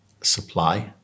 supply